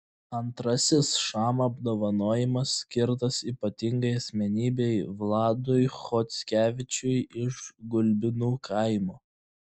antrasis šama apdovanojimas skirtas ypatingai asmenybei vladui chockevičiui iš gulbinų kaimo